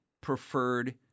preferred